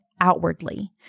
outwardly